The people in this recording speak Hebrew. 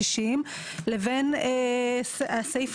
למה זה חשוב?